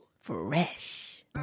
fresh